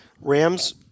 Rams